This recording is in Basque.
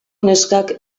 neskak